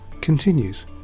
continues